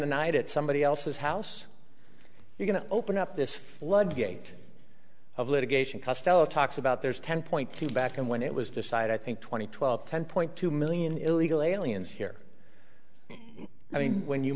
the night at somebody else's house we're going to open up this floodgate of litigation cust ella talks about there's ten point two back and when it was decided i think two thousand and twelve ten point two million illegal aliens here i mean when you